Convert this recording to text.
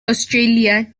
australia